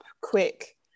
quick